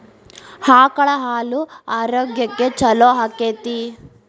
ಆಕಳ ಹಾಲು ಆರೋಗ್ಯಕ್ಕೆ ಛಲೋ ಆಕ್ಕೆತಿ?